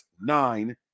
nine